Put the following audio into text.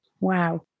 Wow